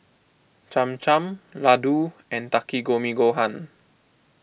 Cham Cham Ladoo and Takikomi Gohan